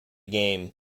game